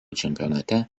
čempionate